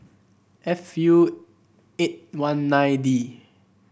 F U eight one nine D